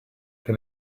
che